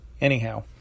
Anyhow